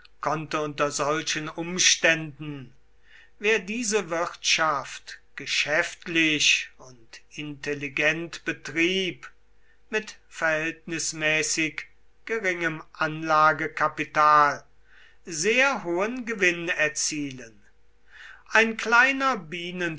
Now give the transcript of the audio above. konnte unter solchen umständen wer diese wirtschaft geschäftlich und intelligent betrieb mit verhältnismäßig geringem anlagekapital sehr hohen gewinn erzielen ein kleiner